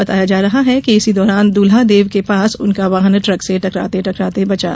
बताया जा रहा है कि इसी दौरान दुल्हादेव के पास उनका वाहन ट्रक से टकराते टकराते बचा